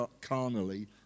carnally